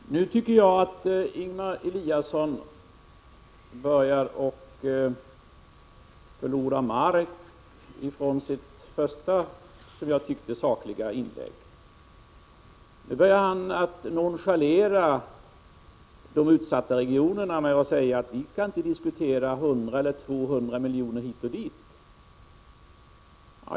Fru talman! Nu tycker jag att Ingemar Eliasson börjar förlora mark jämfört med hans första, som jag tyckte, sakliga inlägg. Han börjar nonchalera de utsatta regionerna genom att säga att vi inte kan diskutera 100 eller 200 miljoner hit eller dit.